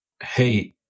Hey